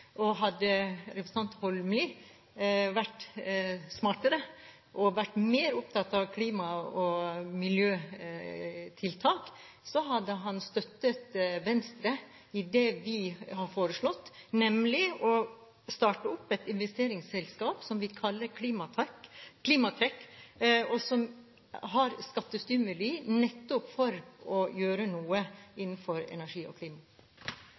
Hadde representanten Holmelid vært smartere og mer opptatt av klima og miljøtiltak, hadde han støttet Venstre i det vi har foreslått, nemlig å starte opp et investeringsselskap som vi kaller Klimatek, og som har skattestimuli, nettopp for å gjøre noe innenfor energi og klima.